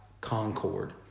Concord